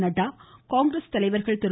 நட்டா காங்கிரஸ் தலைவர்கள் திரு